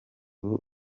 ubu